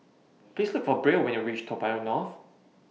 Please Look For Brielle when YOU REACH Toa Payoh North